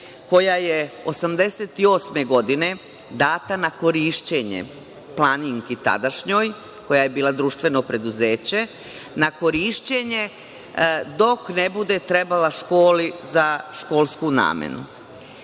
koja je 1988. godine data na korišćenje „Planinki“ tadašnjoj, koja je bila društveno preduzeće, na korišćenje dok ne bude trebala školi za školsku namenu.U